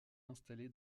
installé